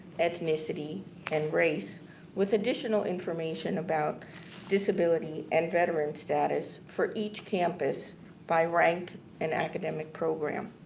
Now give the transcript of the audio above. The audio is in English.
ethnicity and race with additional information about disability and veteran status for each campus by rank and academic program